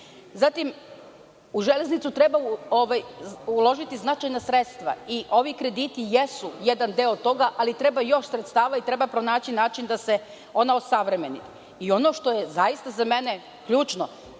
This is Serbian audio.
u železnicu treba uložiti značajna sredstva i ovi krediti jesu jedan deo toga, ali treba još sredstava i treba pronaći način da se ona osavremeni. Ono što je zaista za mene ključno,